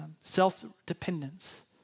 self-dependence